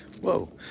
whoa